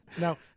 now